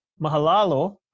Mahalalo